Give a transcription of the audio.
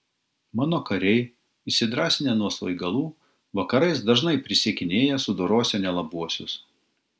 mano kariai įsidrąsinę nuo svaigalų vakarais dažnai prisiekinėja sudorosią nelabuosius